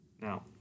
Now